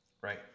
right